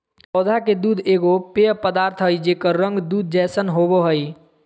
पौधा के दूध एगो पेय पदार्थ हइ जेकर रंग दूध जैसन होबो हइ